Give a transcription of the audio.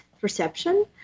perception